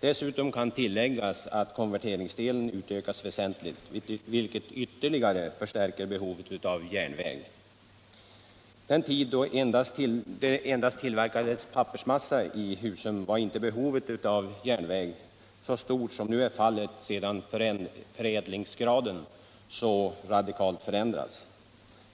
Det kan tilläggas att konverteringsdelen utökas väsentligt, vilket ytterligare förstärker behovet av järnväg. Den tid då det endast tillverkades pappersmassa i Husum var inte behovet av järnväg så stort som nu är fallet sedan förädlingsgraden så radikalt förändrats.